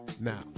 now